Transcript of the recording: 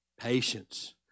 Patience